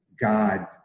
God